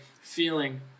feeling